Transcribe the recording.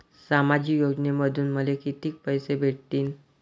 सामाजिक योजनेमंधून मले कितीक पैसे भेटतीनं?